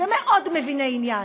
ומאוד מביני עניין,